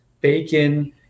bacon